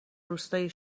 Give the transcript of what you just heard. روستای